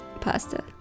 pasta